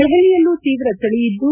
ದೆಪಲಿಯಲ್ಲೂ ತೀವ್ರ ಚಳಿಯಿದ್ದು